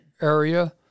area